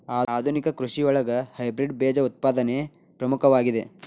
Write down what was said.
ಆಧುನಿಕ ಕೃಷಿಯೊಳಗ ಹೈಬ್ರಿಡ್ ಬೇಜ ಉತ್ಪಾದನೆ ಪ್ರಮುಖವಾಗಿದೆ